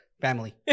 family